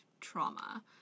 trauma